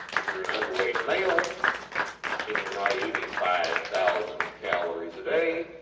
if youre an underweight male and youre not eating five thousand calories a day,